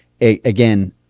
again